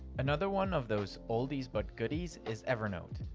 another one of those oldies but goodies is evernote.